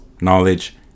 knowledge